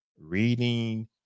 reading